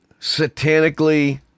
satanically